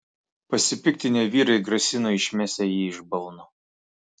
pasipiktinę vyrai grasino išmesią jį iš balno